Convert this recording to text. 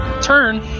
turn